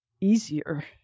easier